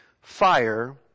fire